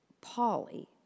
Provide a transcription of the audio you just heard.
Polly